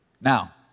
Now